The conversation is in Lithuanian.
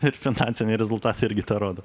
ir finansiniai rezultatai irgi tą rodo